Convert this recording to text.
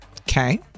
Okay